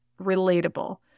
relatable